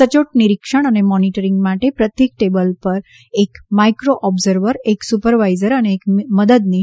સચોટ નિરિક્ષણ અને મોનિટરિંગ માટે પ્રત્યેક ટેબલ ઉપર એક માઇક્રી ઓબ્ઝર્વર એક સુપરવાઇઝર અને એક મદદનીશ કાર્ય કરશે